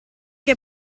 che